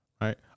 Right